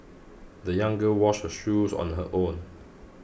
the young girl washed her shoes on her own